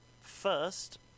First